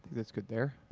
that's good there.